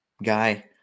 Guy